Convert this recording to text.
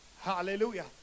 hallelujah